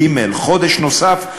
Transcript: ג' חודש נוסף,